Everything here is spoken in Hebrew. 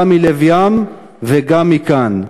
גם מלב ים וגם מכאן,